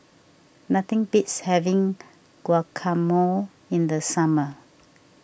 nothing beats having Guacamole in the summer